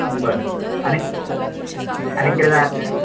बरें आनी आनी किदें जाय आसलें